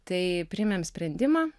tai priėmėm sprendimą